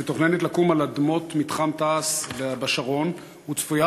מתוכננת לקום על אדמות מתחם תע"ש בשרון וצפויה